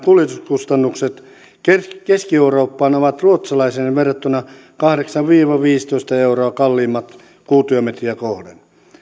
kuljetuskustannukset keski eurooppaan ovat ruotsalaisiin verrattuna kahdeksan viiva viisitoista euroa kalliimmat kuutiometriä kohden